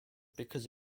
because